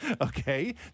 okay